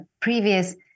previous